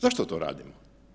Zašto to radimo?